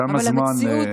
תם הזמן.